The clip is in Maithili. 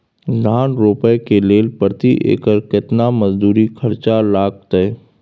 धान रोपय के लेल प्रति एकर केतना मजदूरी खर्चा लागतेय?